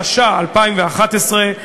התשע"א 2011,